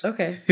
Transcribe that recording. Okay